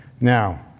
Now